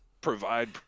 provide